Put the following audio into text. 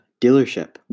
dealership